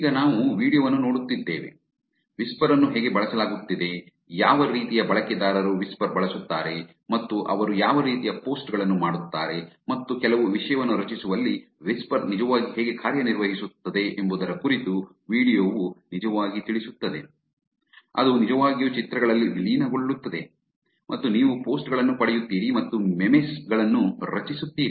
ಈಗ ನಾವು ವೀಡಿಯೊ ವನ್ನು ನೋಡುತ್ತಿದ್ದೇವೆ ವಿಸ್ಪರ್ ಅನ್ನು ಹೇಗೆ ಬಳಸಲಾಗುತ್ತಿದೆ ಯಾವ ರೀತಿಯ ಬಳಕೆದಾರರು ವಿಸ್ಪರ್ ಬಳಸುತ್ತಾರೆ ಮತ್ತು ಅವರು ಯಾವ ರೀತಿಯ ಪೋಸ್ಟ್ ಗಳನ್ನು ಮಾಡುತ್ತಾರೆ ಮತ್ತು ಕೆಲವು ವಿಷಯವನ್ನು ರಚಿಸುವಲ್ಲಿ ವಿಸ್ಪರ್ ನಿಜವಾಗಿ ಹೇಗೆ ಕಾರ್ಯನಿರ್ವಹಿಸುತ್ತದೆ ಎಂಬುದರ ಕುರಿತು ವೀಡಿಯೊವು ನಿಜವಾಗಿ ತಿಳಿಸುತ್ತದೆ ಅದು ನಿಜವಾಗಿಯೂ ಚಿತ್ರಗಳಲ್ಲಿ ವಿಲೀನಗೊಳ್ಳುತ್ತದೆ ಮತ್ತು ನೀವು ಪೋಸ್ಟ್ ಗಳನ್ನು ಪಡೆಯುತ್ತೀರಿ ಮತ್ತು ಮೀಮ್ಸ್ ಗಳನ್ನು ರಚಿಸುತ್ತೀರಿ